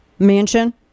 mansion